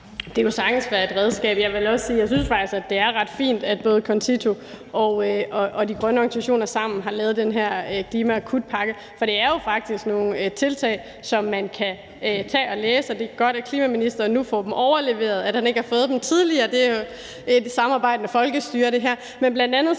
Det kunne sagtens være et redskab. Jeg vil også sige, at jeg faktisk synes, at det er ret fint, at både CONCITO og de grønne organisationer sammen har lavet den her klimaakutpakke, for det er jo faktisk nogle tiltag, som man kan tage og læse, og det er godt, at klimaministeren lige nu får dem overleveret; det er jo et samarbejdende folkestyre, det her.